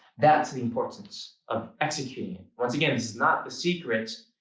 that's the importance of executing. once again, it's not the secret.